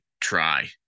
try